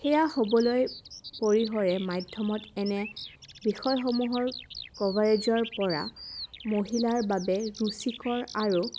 সেয়া হ'বলৈ পৰিহৰে মাধ্যমত এনে বিষয়সমূহৰ কভাৰেজৰপৰা মহিলাৰ বাবে ৰুচিকৰ আৰু